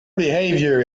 behavior